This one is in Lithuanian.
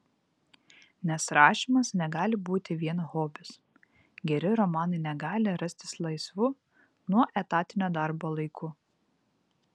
nes rašymas negali būti vien hobis geri romanai negali rastis laisvu nuo etatinio darbo laiku